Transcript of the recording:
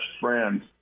friends